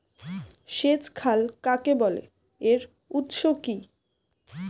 সেচ খাল কাকে বলে এর উৎস কি?